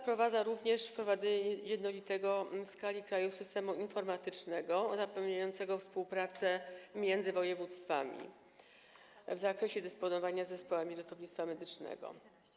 Przewiduje się również wprowadzenie jednolitego w skali kraju systemu informatycznego zapewniającego współpracę między województwami w zakresie dysponowania zespołami ratownictwa medycznego.